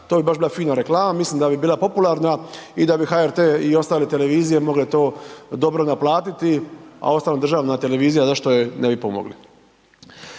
to bi baš bila fina reklama, mislim da bi bila popularna i da bi HRT i ostale televizije mogle to dobro naplatiti, a uostalom, državna televizija, zašto je ne bi pomogli?